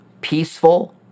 peaceful